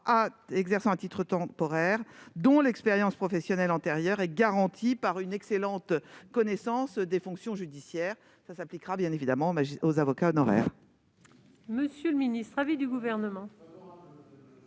exerçant à titre temporaire dont l'expérience professionnelle antérieure garantit une excellente connaissance des fonctions judiciaires. Cette dispense s'appliquera évidemment aux avocats honoraires.